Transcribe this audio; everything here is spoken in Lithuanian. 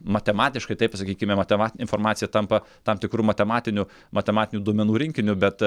matematiškai taip sakykime matematinė informacija tampa tam tikru matematiniu matematinių duomenų rinkiniu bet